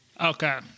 okay